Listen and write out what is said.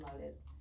motives